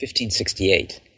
1568